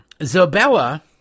Zabella